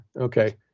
Okay